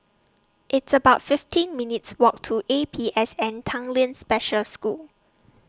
It's about fifteen minutes' Walk to A P S N Tanglin Special School